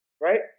right